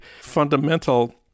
fundamental